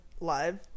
live